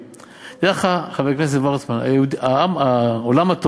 את העולם היהודי.